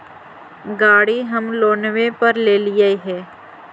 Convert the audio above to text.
गाड़ी हम लोनवे पर लेलिऐ हे?